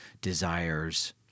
desires